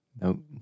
no